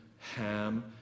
Ham